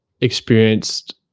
experienced